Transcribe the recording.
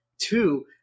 Two